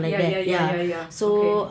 ya ya ya ya ya okay